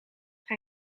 hij